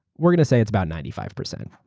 we're going to say it's about ninety five percent.